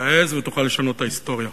תעז ותוכל לשנות את ההיסטוריה.